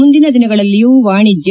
ಮುಂದಿನ ದಿನಗಳಲ್ಲಿಯೂ ವಾಣಿಜ್ಞ